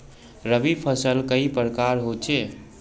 रवि फसल कई प्रकार होचे?